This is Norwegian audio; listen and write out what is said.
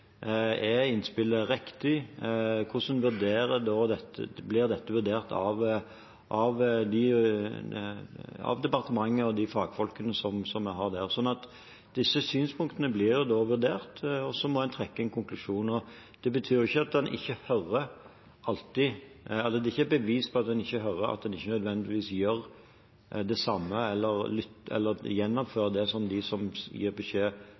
innspillet er riktig, og hvordan det blir vurdert av departementet og de fagfolkene vi har der. Disse synspunktene blir da vurdert, og så må en trekke en konklusjon. Det er ikke et bevis for at en ikke hører, at en ikke nødvendigvis gjør det samme eller gjennomfører det som de som gir beskjed,